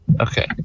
Okay